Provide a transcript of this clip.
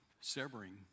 severing